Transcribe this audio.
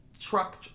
truck